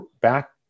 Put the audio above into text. back